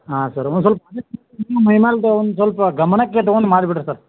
ಹಾಂ ಸರ್ ಒಂದು ಸ್ವಲ್ಪ ಮೈ ಮೇಲ್ದ ಒಂದು ಸ್ವಲ್ಪ ಗಮನಕ್ಕೆ ತೊಗೊಂಡು ಮಾಡಿ ಬಿಡಿರಿ ಸರ್